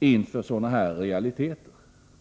beakta sådana realiteter som jag här redovisat.